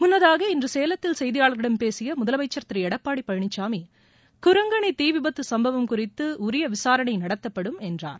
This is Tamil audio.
முன்னதாக இன்று சேலத்தில் செய்தியாளர்களிடம் பேசிய முதலமைச்சர் திரு எடப்பாடி பழனிசாமி குரங்கனி தீ விபத்து சம்பவம் குறித்து உரிய விசாரணை நடத்தப்படும் என்றார்